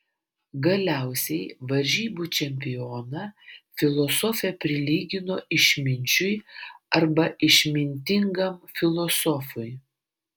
galiausiai varžybų čempioną filosofė prilygino išminčiui arba išmintingam filosofui